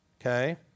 Okay